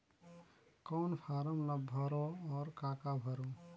कौन फारम ला भरो और काका भरो?